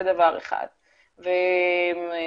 כמוש התחלתי ואמרתי,